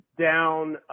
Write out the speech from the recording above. down